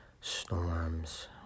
storms